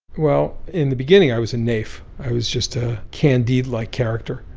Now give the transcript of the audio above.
well, in the beginning, i was a naif. i was just a candide like character,